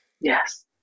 Yes